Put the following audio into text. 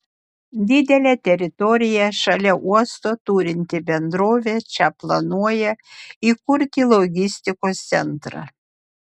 didelę teritoriją šalia uosto turinti bendrovė čia planuoja įkurti logistikos centrą